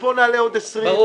ופה נעלה עוד 20,